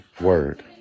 word